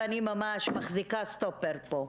ואני ממש מחזיקה סטופר פה.